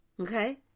Okay